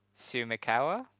Sumikawa